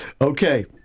Okay